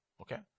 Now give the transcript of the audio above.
Okay